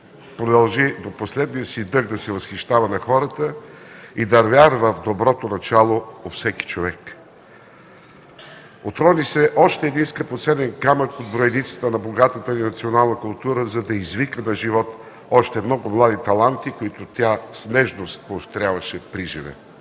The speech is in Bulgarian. продължи до последния си дъх да се възхищава на хората и да вярва в доброто начало у всеки човек. Отрони се още един скъпоценен камък от броеницата на богатата ни национална култура, за да извика на живот още много млади таланти, които тя с нежност поощряваше приживе.